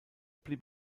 blieb